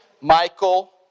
Michael